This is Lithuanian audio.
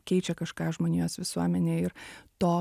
keičia kažką žmonijos visuomenėj ir to